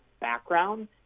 background